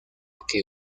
que